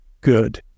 Good